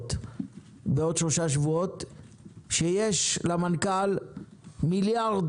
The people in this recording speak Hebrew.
תשובות בעוד שלושה שבועות שיש למנכ"ל מיליארד